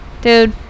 Dude